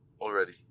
already